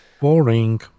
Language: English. Boring